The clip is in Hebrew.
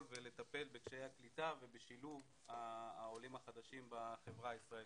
לטפל בקשיי הקליטה ובשילוב העולים החדשים בחברה הישראלית.